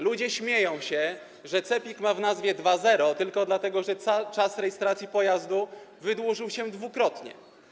Ludzie śmieją się, że CEPiK ma w nazwie 2.0 tylko dlatego, że czas rejestracji pojazdu wydłużył się dwukrotnie.